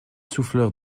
souffleurs